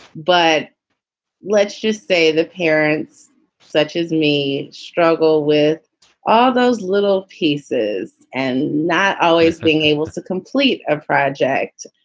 but let's just say the parents such as me struggle with all those little pieces and not always being able to complete a project.